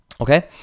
okay